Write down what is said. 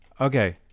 Okay